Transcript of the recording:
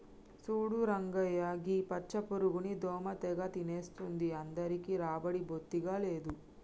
చూడు రంగయ్య గీ పచ్చ పురుగుని దోమ తెగ తినేస్తుంది అందరికీ రాబడి బొత్తిగా లేదు